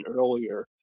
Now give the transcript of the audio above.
earlier